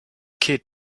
kid